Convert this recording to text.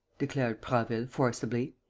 declared prasville, forcibly.